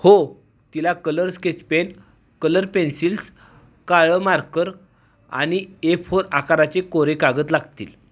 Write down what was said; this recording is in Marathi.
हो तिला colour sketch pen colour pencils काळं मार्कर आणि ए फोर आकाराचे कोरे कागद लागतील